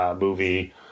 movie